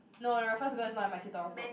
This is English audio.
no the raffles girl is not in my tutorial group